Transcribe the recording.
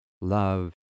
love